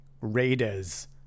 Raiders